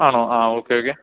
ആണോ ആ okay okay